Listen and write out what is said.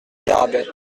garrabet